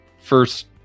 first